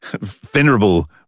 venerable